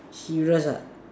serious ah